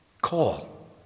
call